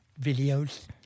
videos